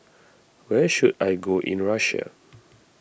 where should I go in Russia